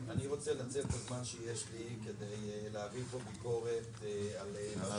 אני רוצה לנצל את הזמן שיש לי כדי להעביר פה ביקורת על מה